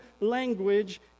language